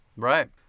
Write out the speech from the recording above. Right